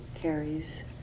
carries